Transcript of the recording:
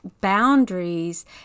boundaries